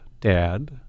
dad